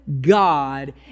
God